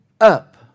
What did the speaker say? up